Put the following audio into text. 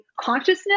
consciousness